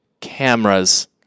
cameras